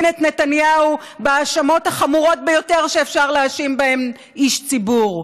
את נתניהו בהאשמות החמורות ביותר שאפשר להאשים בהן איש ציבור: